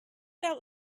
that